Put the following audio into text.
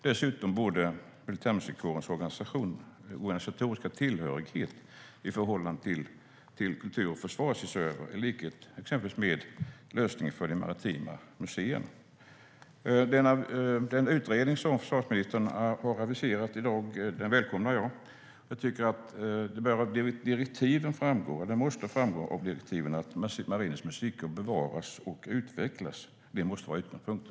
Dessutom borde militärmusikkårens organisatoriska tillhörighet i förhållande till kultur och försvar ses över i likhet med exempelvis lösningen för de maritima museerna. Jag välkomnar den utredning som försvarsministern har aviserat i dag. Det måste av direktiven framgå att Marinens Musikkår ska bevaras och utvecklas. Det måste vara utgångspunkten.